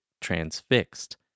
transfixed